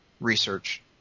research